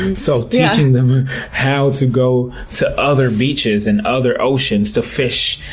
and so teaching them how to go to other beaches and other oceans to fish,